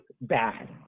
bad